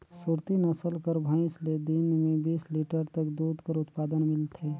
सुरती नसल कर भंइस ले दिन में बीस लीटर तक दूद कर उत्पादन मिलथे